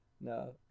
No